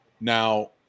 Now